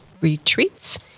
Retreats